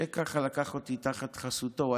שככה לקח אותי תחת חסותו.